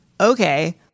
okay